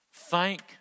Thank